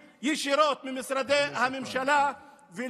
יש לנו שר תמים ונקי כפיים, השר אמסלם, שלא